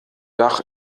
dach